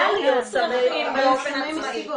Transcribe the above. הרבה מהם נצרכים באופן עצמאי.